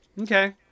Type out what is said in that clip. Okay